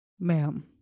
ma'am